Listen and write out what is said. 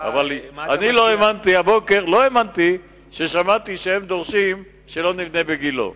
אבל אני לא האמנתי הבוקר כששמעתי שהם דורשים שלא נבנה בגילה.